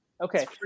Okay